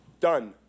done